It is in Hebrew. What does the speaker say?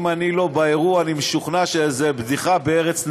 אם אני לא באירוע אני משוכנע שזאת בדיחה ב"ארץ נהדרת".